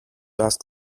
ask